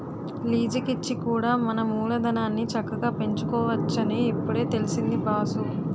లీజికిచ్చి కూడా మన మూలధనాన్ని చక్కగా పెంచుకోవచ్చునని ఇప్పుడే తెలిసింది బాసూ